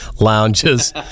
lounges